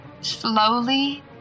Slowly